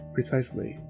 Precisely